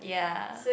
ya